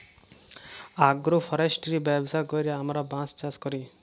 agro forestry ব্যবস্থা ক্যইরে আমরা বাঁশ চাষ ক্যরি